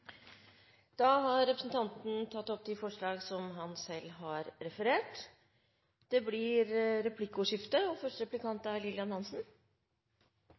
Da har representanten Nesvik tatt opp de forslag han selv refererte til. Det blir replikkordskifte.